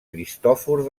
cristòfor